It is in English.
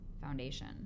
foundation